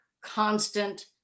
constant